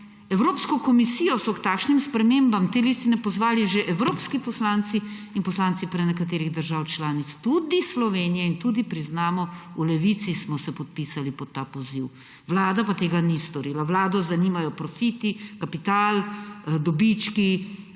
Evropsko komisijo so k takšnim spremembah te listine pozvali že evropski poslanci in poslanci prenekaterih držav članic, tudi Slovenije. In tudi priznamo, v Levici smo se podpisali pod ta poziv. Vlada pa tega ni storila; Vlado zanimajo profiti, kapital, dobički